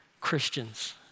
Christians